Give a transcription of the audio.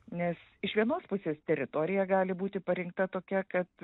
nes iš vienos pusės teritorija gali būti parinkta tokia kad